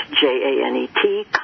J-A-N-E-T